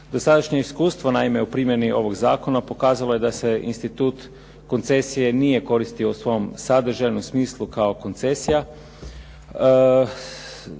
Dosadašnje iskustvo naime u primjeni ovog zakona pokazalo da se institut koncesije nije koristio u svom sadržajnom smislu kao koncesija